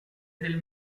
del